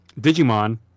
digimon